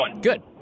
good